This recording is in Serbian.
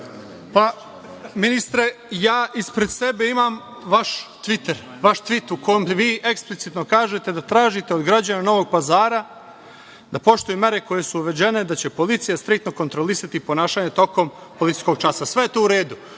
Ministre, ja ispred sebe imam vaš tivt u kom vi eksplicitno kažete da tražite od građana Novog Pazara da poštuju mere koje su uvedene, da će policija striktno kontrolisati ponašanje tokom policijskog časa. Sve je to u redu,